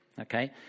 okay